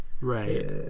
Right